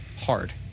Hard